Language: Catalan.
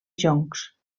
joncs